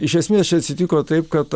iš esmės čia atsitiko taip kad